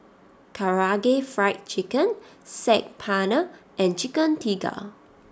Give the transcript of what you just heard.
Karaage Fried Chicken Saag Paneer and Chicken Tikka